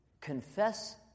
confess